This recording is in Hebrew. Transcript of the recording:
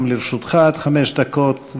גם לרשותך עד חמש דקות.